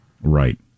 Right